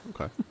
okay